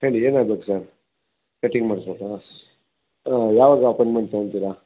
ಹೇಳಿ ಏನಾಗ್ಬೇಕು sir cutting ಮಾಡ್ಸಬೇಕಾ ಹಾಂ ಯಾವಾಗ ಅಪ್ಪೋಯಿಂಟ್ಮೆಂಟ್ ತಗೋಂತಿರಾ